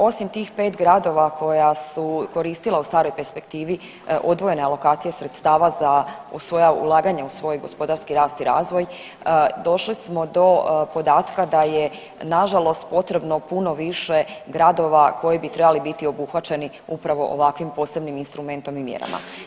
Osim tih pet gradova koja su koristila u staroj perspektivi odvojene alokacije sredstava za u svoja ulaganja u svoj gospodarski rast i razvoj došli smo do podatka da je nažalost potrebno puno više gradova koji bi trebali biti obuhvaćeni upravo ovakvim posebnim instrumentom i mjerama.